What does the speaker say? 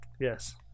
yes